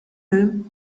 will